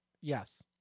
Yes